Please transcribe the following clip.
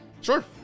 Sure